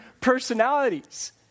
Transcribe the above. personalities